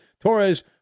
Torres